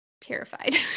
terrified